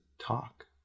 talk